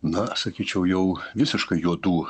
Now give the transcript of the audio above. na sakyčiau jau visiškai juodų